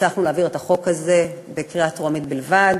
הצלחנו להעביר את החוק הזה בקריאה טרומית בלבד.